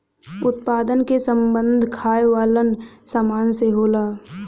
उत्पादन क सम्बन्ध खाये वालन सामान से होला